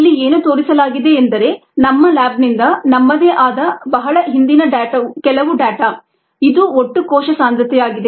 ಇಲ್ಲಿ ಏನು ತೋರಿಸಲಾಗಿದೆ ಎಂದರೆ ನಮ್ಮ ಲ್ಯಾಬ್ನಿಂದ ನಮ್ಮದೇ ಆದ ಬಹಳ ಹಿಂದಿನ ಕೆಲವು ಡೇಟಾ ಇದು ಒಟ್ಟು ಕೋಶ ಸಾಂದ್ರತೆಯಾಗಿದೆ